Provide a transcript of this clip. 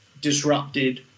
disrupted